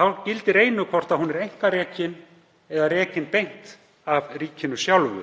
Þá gildir einu hvort hún er einkarekin eða rekin beint af ríkinu sjálfu.